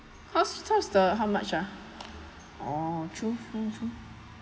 how's charge the how much ah oh true true true